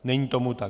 Není tomu tak.